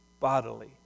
bodily